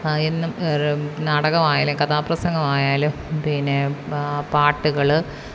എന്നും നാടകമായാലും കഥാപ്രസംഗം ആയാലും പിന്നെ പാട്ടുകൾ